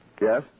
Yes